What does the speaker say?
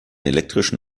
elektrischen